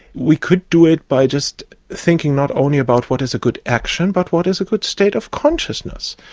we could do it by just thinking not only about what is a good action but what is a good state of consciousness.